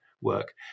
work